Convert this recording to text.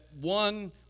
one